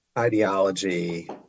ideology